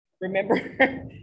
remember